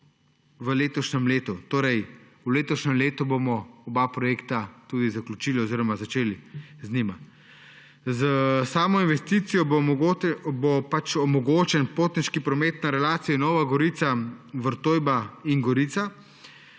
v letošnjem letu. V letošnjem letu bomo oba projekta tudi zaključili oziroma začeli z njima. S samo investicijo bo omogočen potniški promet na relaciji Nova Gorica–Vrtojba in Gorica